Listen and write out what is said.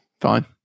Fine